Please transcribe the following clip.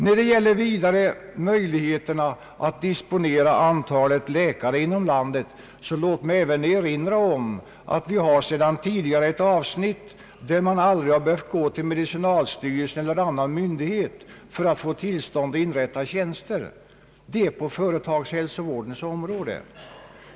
När det vidare gäller möjligheterna att disponera antalet läkare inom landet vill jag erinra om att vi sedan tidi gare har ett avsnitt, där man aldrig behövt gå till medicinalstyrelsen eller annan myndighet för att få tillstånd att inrätta tjänster; det är på företagshälsovårdens område.